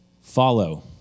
follow